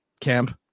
camp